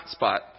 hotspot